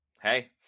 Hey